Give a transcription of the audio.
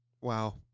Wow